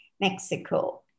Mexico